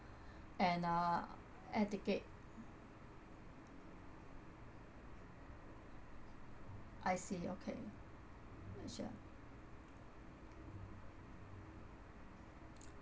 and uh air ticket I see okay sure